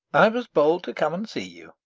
i was bold to come and see you.